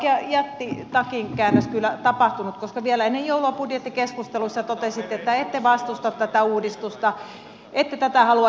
tässä on oikea jättitakinkäännös kyllä tapahtunut koska vielä ennen joulua budjettikeskustelussa totesitte että ette vastusta tätä uudistusta ette tätä halua repiä